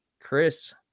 Chris